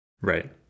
Right